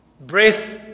breath